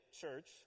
church